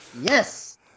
Yes